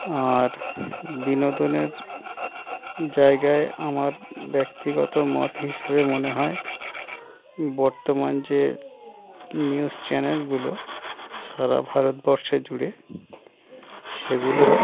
আর বিনোদনের জায়গায় আমার ব্যক্তিগত মত হিসেবে মনে হয় বর্তমান যে নিউজ চ্যানেলগুলো সারা ভারতবর্ষে জুড়ে সেগুলো